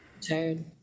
tired